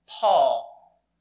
Paul